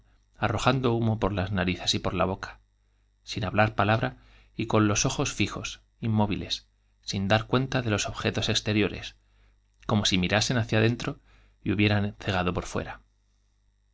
arrojando humo por las narices y por la boca sin hablar palabra y con los ojos fijos inmóviles sin darse cuenta de los objetos exteriores corno si mirasen hacia dentro y hubieran cegado po r fuera